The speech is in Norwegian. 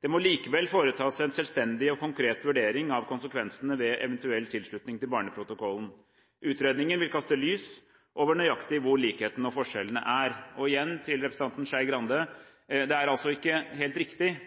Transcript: Det må likevel foretas en selvstendig og konkret vurdering av konsekvensene ved eventuell tilslutning til barneprotokollen. Utredningen vil kaste lys over nøyaktig hvor likhetene og forskjellene er. Og igjen, til representanten Skei Grande, det er altså ikke helt riktig